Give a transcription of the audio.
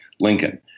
Lincoln